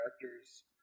characters